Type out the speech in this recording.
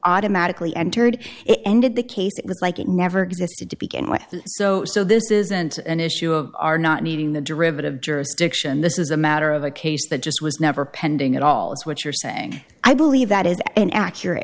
automatically entered it ended the case it was like it never existed to begin with so so this isn't an issue of are not meeting the derivative jurisdiction this is a matter of a case that just was never pending at all is what you're saying i believe that is an accurate